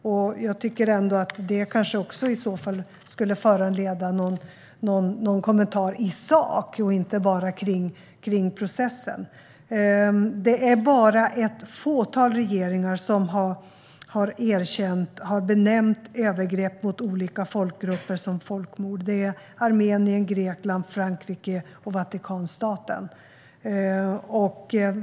Det skulle i så fall kanske också föranleda någon kommentar i sak, och att man inte bara kommenterar kring processen. Det är bara ett fåtal regeringar som har benämnt övergrepp mot olika folkgrupper som folkmord. Det är Armenien, Grekland, Frankrike och Vatikanstaten.